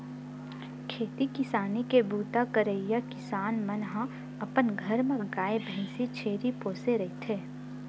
खेती किसानी के बूता करइया किसान मन ह अपन घर म गाय, भइसी, छेरी पोसे रहिथे